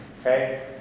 Okay